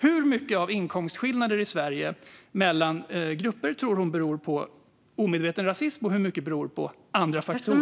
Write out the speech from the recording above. Hur mycket av inkomstskillnaderna mellan grupper i Sverige tror hon beror på omedveten rasism, och hur mycket beror på andra faktorer?